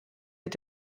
mit